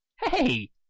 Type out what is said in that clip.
hey